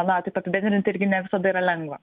na taip apibendrinti irgi ne visada yra lengva